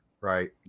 right